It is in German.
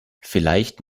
vielleicht